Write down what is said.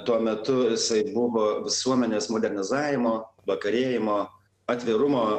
tuo metu jisai buvoubo visuomenės modernizavimo vakarėjimo atvirumo